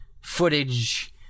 footage